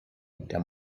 der